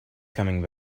coming